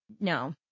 No